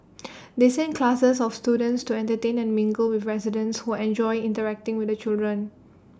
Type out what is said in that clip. they send classes of students to entertain and mingle with residents who enjoy interacting with the children